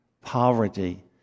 poverty